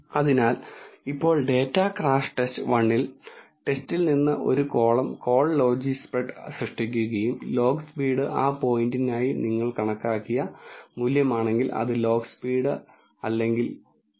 അതിനാൽ ഇപ്പോൾ data crash test 1 ടെസ്റ്റിൽ നിന്ന് ഒരു കോളം കോൾ ലോജിസ്പ്രെഡ് സൃഷ്ടിക്കുകയും ലോഗ് സ്പീഡ് ആ പോയിന്റിനായി ഞങ്ങൾ കണക്കാക്കിയ മൂല്യമാണെങ്കിൽ അത് ലോഗ് സ്പീഡ് അല്ലെങ്കിൽ 0